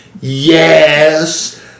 yes